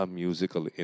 musical